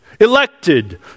elected